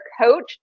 coach